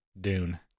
Dune